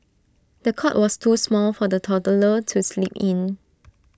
the cot was too small for the toddler to sleep in